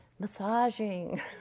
Massaging